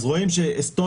אז רואים שאסטוניה,